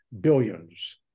billions